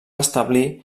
establir